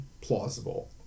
plausible